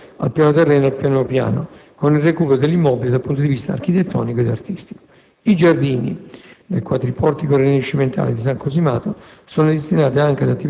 E' previsto, inoltre, l'abbattimento di alcune superfetazioni al piano terreno e al primo piano, con il recupero dell'immobile dal punto di vista architettonico ed artistico. I giardini